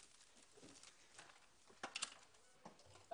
סיום >>